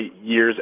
years